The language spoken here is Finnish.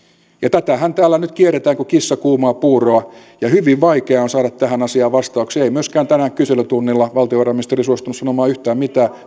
tätähän täällä nyt kierretään kuin kissa kuumaa puuroa ja hyvin vaikea on saada tähän asiaan vastauksia ei myöskään tänään kyselytunnilla valtiovarainministeri suostunut sanomaan yhtään mitään